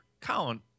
Colin